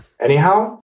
Anyhow